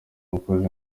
umukozi